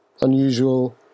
unusual